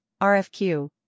RFQ